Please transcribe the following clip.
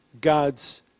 God's